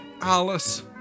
Alice